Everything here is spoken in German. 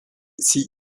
sie